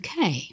UK